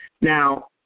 Now